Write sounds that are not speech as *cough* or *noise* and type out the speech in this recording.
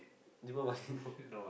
Deepavali *laughs* no